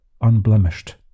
unblemished